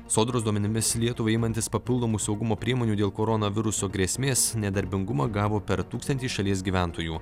sodros duomenimis lietuvai imantis papildomų saugumo priemonių dėl koronaviruso grėsmės nedarbingumą gavo per tūkstantį šalies gyventojų